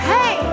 Hey